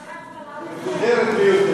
הבג"ץ,